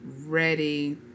ready